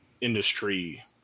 industry